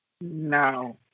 No